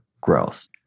growth